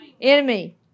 Enemy